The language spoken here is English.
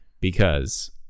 because-